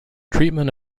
treatment